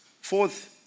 Fourth